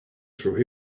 through